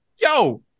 Yo